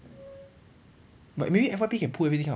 but maybe F_Y_P can pull everything up